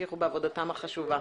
שימשיכו בעבודתם החשובה.